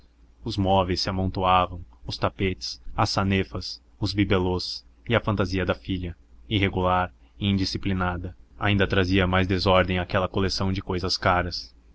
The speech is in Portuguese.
os móveis se amontoavam os tapetes as sanefas os bibelots e a fantasia da filha irregular e indisciplinada ainda trazia mais desordem àquela coleção de cousas caras